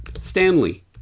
Stanley